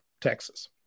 Texas